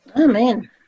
Amen